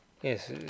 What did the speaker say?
Yes